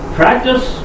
practice